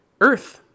Earth